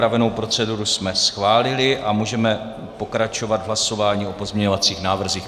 Upravenou proceduru jsme schválili a můžeme pokračovat v hlasování o pozměňovacích návrzích.